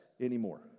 anymore